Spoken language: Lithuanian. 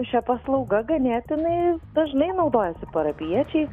šia paslauga ganėtinai dažnai naudojasi parapijiečiai